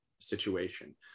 situation